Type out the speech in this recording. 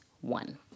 one